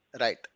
Right